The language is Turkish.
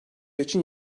için